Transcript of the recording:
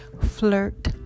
Flirt